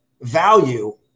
value